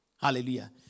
Hallelujah